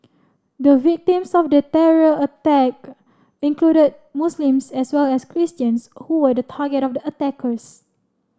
the victims of the terror attack included Muslims as well as Christians who were the target of the attackers